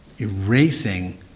erasing